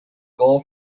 goal